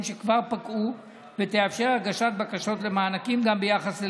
שכבר פקעו ותאפשר הגשת בקשות למענקים גם ביחס אליהם.